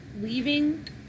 leaving